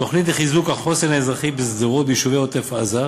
תוכנית לחיזוק החוסן האזרחי בשדרות וביישובי עוטף-עזה